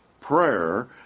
prayer